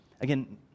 Again